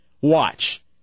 Watch